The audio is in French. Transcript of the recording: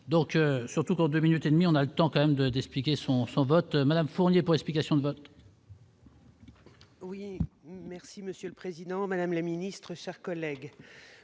donc surtout pour 2 minutes et demie on attend quand même de dix piqué son son vote Madame Fournier pour explication de vote. Oui, merci Monsieur le Président, Madame la Ministre, chers collègues,